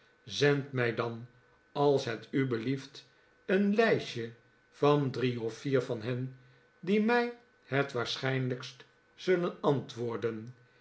zend mij dan als het u belief t een lijstje van drie of vier van hen die mij het waarschijnlijkst zullen antwoorden